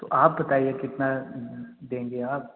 तो आप बताइए कितना देंगे आप